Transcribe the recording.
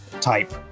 type